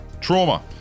trauma